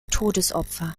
todesopfer